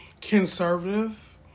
conservative